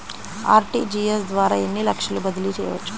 RTGS ద్వారా ఎన్ని లక్షలు బదిలీ చేయవచ్చు?